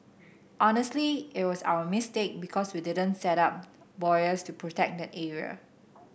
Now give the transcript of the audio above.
honestly it was our mistake because we didn't set up buoys to protect the area